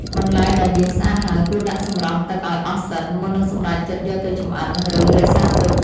បន្លែដែលលាងស្អាតហើយគួរដាក់សម្រស់ទឹកឱ្យអស់សិន មុននឹងសម្រេចចិត្តយកទៅចម្អិន ឬរក្សាទុក។